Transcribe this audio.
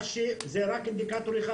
זה אינדיקטור אחד.